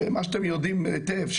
שמה שאתם יודעים היטב,